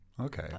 okay